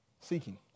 seeking